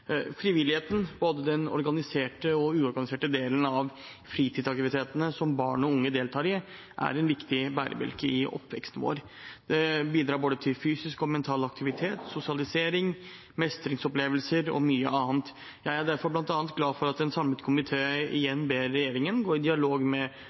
Frivilligheten, både den organiserte og den uorganiserte delen av fritidsaktivitetene som barn og unge deltar i, er en viktig bærebjelke i oppveksten. Den bidrar til både fysisk og mental aktivitet, sosialisering, mestringsopplevelser og mye annet. Jeg er derfor bl.a. glad for at en samlet komité igjen ber regjeringen gå i dialog med